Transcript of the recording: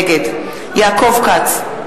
נגד יעקב כץ,